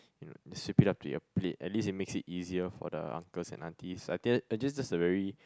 sweep it up to your plate at least it makes it easier for the uncles and aunties I think that's just a very